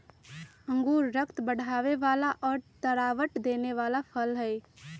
अंगूर रक्त बढ़ावे वाला और तरावट देवे वाला फल हई